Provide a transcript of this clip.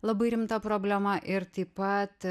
labai rimta problema ir taip pat